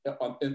on